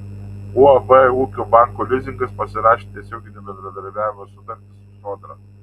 uab ūkio banko lizingas pasirašė tiesioginio bendradarbiavimo sutartį su sodra